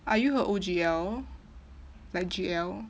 are you her O_G_L like G_L